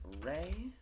Ray